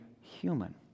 human